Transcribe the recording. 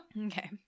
Okay